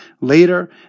Later